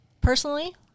Personally